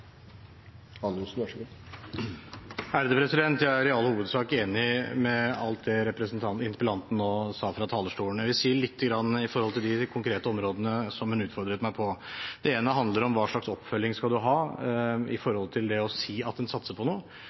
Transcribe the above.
i all hovedsak enig i alt det interpellanten nå sa fra talerstolen. Jeg vil si lite grann når det gjelder de konkrete områdene som hun utfordret meg på. Det ene handler om hva slags oppfølging man skal ha når det gjelder det å si at man satser på